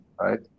right